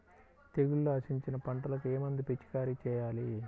తెగుళ్లు ఆశించిన పంటలకు ఏ మందు పిచికారీ చేయాలి?